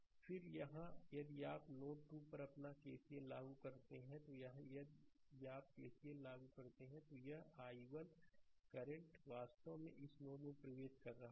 फिर यहां यदि आप नोड 3 पर अपना केसीएल लागू करते हैं तो यहां यदि आप केसीएल लागू करते हैं तो यह i1 करंट वास्तव में इस नोड में प्रवेश कर रहा है